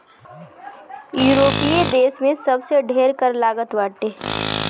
यूरोपीय देस में सबसे ढेर कर लागत बाटे